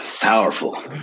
powerful